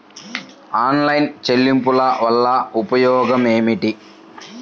Online చెల్లింపుల వల్ల ఉపయోగమేమిటీ?